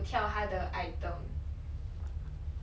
oh